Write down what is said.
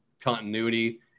continuity